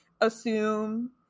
assume